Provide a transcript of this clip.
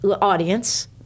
audience